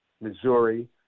Missouri